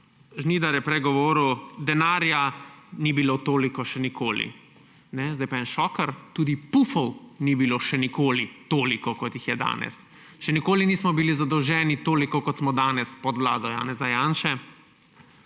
Žnidar je prej govoril, da denarja ni bilo toliko še nikoli. Sedaj pa en šoker – tudi pufov ni bilo še nikoli toliko, kot jih je danes. Še nikoli nismo bili zadolženi toliko, kot smo danes pod vlado Janeza Janše.